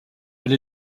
elle